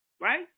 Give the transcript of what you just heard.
right